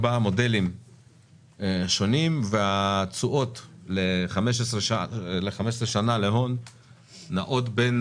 4 מודלים שונים ותשואות ל-15 שנה להון נעות בין